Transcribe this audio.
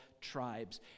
tribes